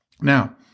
Now